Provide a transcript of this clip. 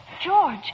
George